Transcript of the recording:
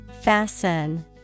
fasten